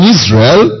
Israel